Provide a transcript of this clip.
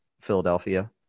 Philadelphia